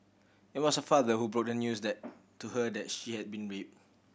it was her father who broke the news that to her that she had been raped